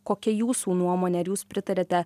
kokia jūsų nuomonė ar jūs pritariate